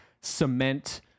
cement